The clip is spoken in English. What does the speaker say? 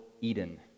Eden